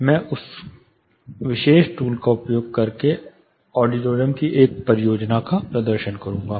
मैं उस विशेष टूल का उपयोग करके ऑडिटोरियम की एक परियोजना का प्रदर्शन करूंगा